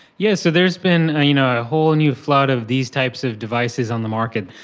yes, so there has been a you know whole and new flood of these types of devices on the market,